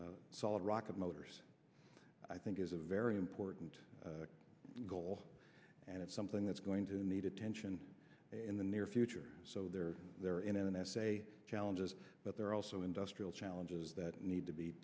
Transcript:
solid rocket motors i think is a very important goal and it's something that's going to need attention in the near future so they're there in an essay challenges but there are also industrial challenges that need to be